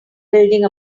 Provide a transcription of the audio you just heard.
building